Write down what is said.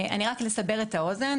רק כדי לסבר את האוזן,